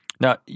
Now